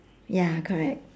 ya correct